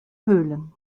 höhlen